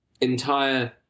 entire